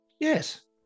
Yes